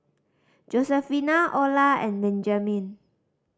Josefina Ola and Benjamin